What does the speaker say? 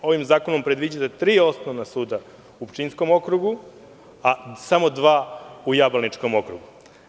Ovim zakonom predviđa da tri osnovna suda u Pčinjskom okrugu sa samo dva u Jablaničkom okrugu.